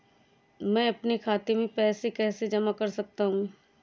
मैं अपने खाते में पैसे कैसे जमा कर सकता हूँ?